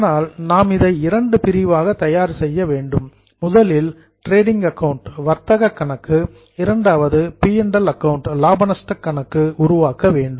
ஆனால் நாம் இதை இரண்டு பிரிவாக தயார் செய்ய வேண்டும் முதலில் டிரேடிங் அக்கவுண்ட் வர்த்தக கணக்கு இரண்டாவது பி அண்ட் எல் அக்கவுண்ட் லாப நஷ்ட கணக்கு உருவாக்க வேண்டும்